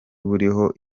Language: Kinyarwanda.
buriho